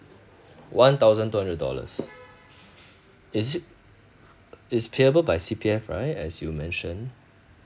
one thousand two hundred dollars is it is payable by C_P_F right as you mentioned